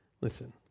Listen